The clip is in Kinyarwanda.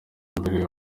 mbere